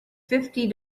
fifty